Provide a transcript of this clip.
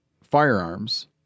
firearms—